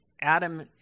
Adam